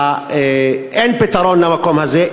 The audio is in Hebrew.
אין פתרון למקום הזה.